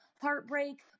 heartbreak